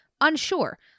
Unsure